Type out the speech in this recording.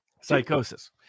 psychosis